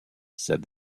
said